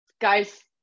Guys